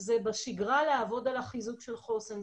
זה בשגרה לעבוד על החיזוק של חוסן.